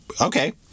okay